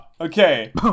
Okay